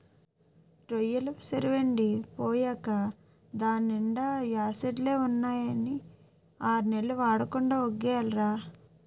రొయ్యెల సెరువెండి పోయేకా దాన్నీండా యాసిడ్లే ఉన్నాయని ఆర్నెల్లు వాడకుండా వొగ్గియాలిరా